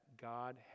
God